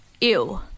Ew